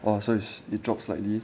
!wah! so is it dropped slightly